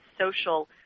social